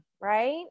right